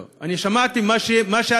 לא, אני שמעתי מה שהצעתם.